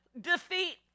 defeat